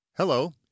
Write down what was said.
Hello